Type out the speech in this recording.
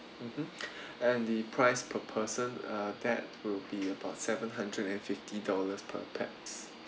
mmhmm and the price per person uh that will be about seven hundred and fifty dollars per pax